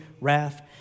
wrath